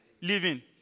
Living